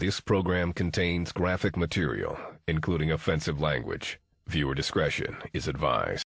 this program contains graphic material including offensive language or discretion is advise